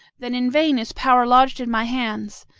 then in vain is power lodged in my hands.